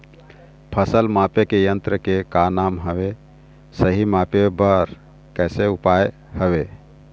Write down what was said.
फसल मापे के यन्त्र के का नाम हवे, सही मापे बार कैसे उपाय हवे?